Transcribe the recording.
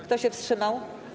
Kto się wstrzymał?